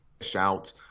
shout